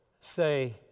say